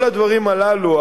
כל הדברים הללו,